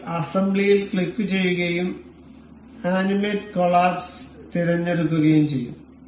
നിങ്ങൾ അസംബ്ലിയിൽ ക്ലിക്കുചെയ്യുകയും ആനിമേറ്റ് കോളാപ്സ് തിരഞ്ഞെടുക്കുകയും ചെയ്യും